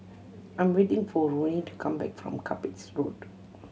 I'm waiting for Roni to come back from Cuppage Road